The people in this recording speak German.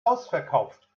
ausverkauft